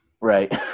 right